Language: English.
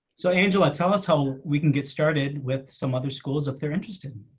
so, angela. tell us how we can get started with some other schools, if they're interested